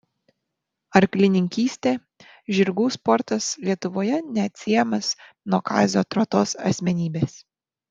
arklininkystė žirgų sportas lietuvoje neatsiejamas nuo kazio trotos asmenybės